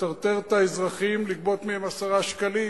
לטרטר את האזרחים, לגבות מהם 10 שקלים?